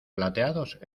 plateados